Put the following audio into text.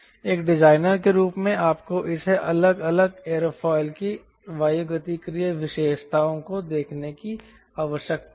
एक डिजाइनर के रूप में आपको इसे अलग अलग एयरोफिल की वायुगतिकीय विशेषताओं को देखने की आवश्यकता है